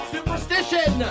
Superstition